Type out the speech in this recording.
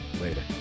Later